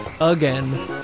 again